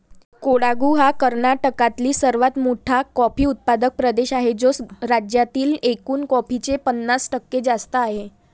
कोडागु हा कर्नाटकातील सर्वात मोठा कॉफी उत्पादक प्रदेश आहे, जो राज्यातील एकूण कॉफीचे पन्नास टक्के जास्त आहे